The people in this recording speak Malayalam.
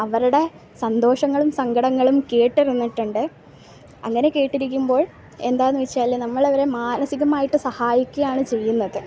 അവരുടെ സന്തോഷങ്ങളും സങ്കടങ്ങളും കേട്ടിരുന്നിട്ടുണ്ട് അങ്ങനെ കേട്ടിരിക്കുമ്പോൾ എന്താന്ന് വെച്ചാൽ നമ്മളവരെ മനസികമായിട്ട് സഹായിക്കയാണ് ചെയ്യുന്നത്